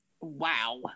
Wow